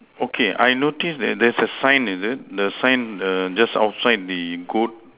okay I noticed that there is a sign is it the sign the just outside the good